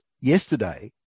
yesterday